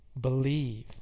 believe